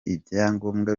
ibyangombwa